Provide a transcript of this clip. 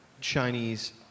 Chinese